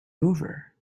over